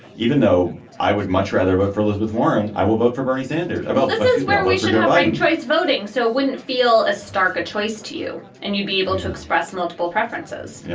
even though i would much rather vote for elizabeth warren, i will vote for bernie sanders about this is where we should go by and choice voting so wouldn't feel a stark choice to you and you'd be able to express multiple preferences yeah